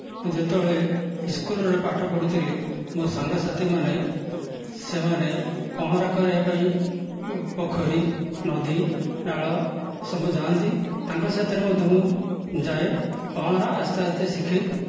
ମୁଁ ଯେତେବେଳେ ସ୍କୁଲରେ ପାଠ ପଢ଼ୁଥିଲି ମୋ ସାଙ୍ଗସାଥିମାନେ ସେମାନେ ପହଁରା କରିବା ପାଇଁ ପୋଖରୀ ନଦୀନାଳ ସବୁ ଯାଆନ୍ତି ତାଙ୍କ ସାଥିରେ ମଧ୍ୟ ମୁଁ ଯାଏ ପହଁରା ଆସ୍ତେ ଆସ୍ତେ ଶିଖେ